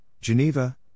Geneva